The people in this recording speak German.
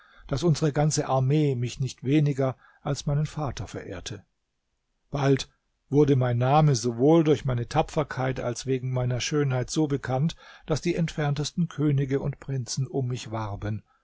daß unsere ganze armee mich nicht weniger als meinen vater verehrte bald wurde mein name sowohl durch meine tapferkeit als wegen meiner schönheit so bekannt daß die entferntesten könige und prinzen um mich warben